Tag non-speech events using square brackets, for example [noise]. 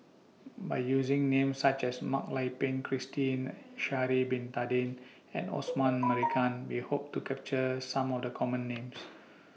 By using Names such as Mak Lai Peng Christine Sha'Ari Bin Tadin and [noise] Osman Merican We Hope to capture Some of The Common Names